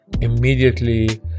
immediately